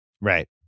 Right